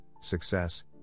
success